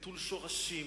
נטול שורשים,